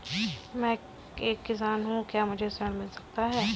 मैं एक किसान हूँ क्या मुझे ऋण मिल सकता है?